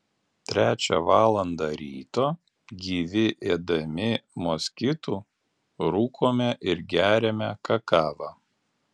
trečią valandą ryto gyvi ėdami moskitų rūkome ir geriame kakavą